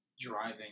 driving